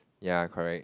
ya correct